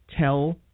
tell